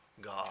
God